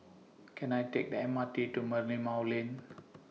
Can I Take The M R T to Merlimau Lane